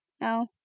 No